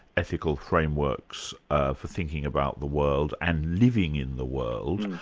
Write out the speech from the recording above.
ethical frameworks ah for thinking about the world and living in the world.